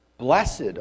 Blessed